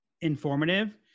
informative